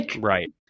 right